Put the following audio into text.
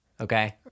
Okay